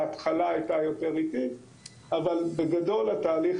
ההתחלה הייתה יותר איטית אבל בגדול התהליך